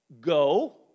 Go